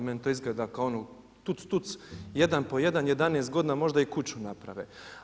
Meni to izgleda kao ono tuc-tuc, jedan po jedan 11 godina možda i kuću naprave.